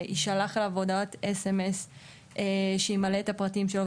שתישלח אליו בהודעת סמס שימלא את הפרטים שלו.